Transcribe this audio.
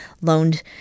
loaned